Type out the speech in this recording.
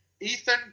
Ethan